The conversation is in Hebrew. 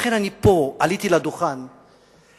לכן, אני עליתי לדוכן פה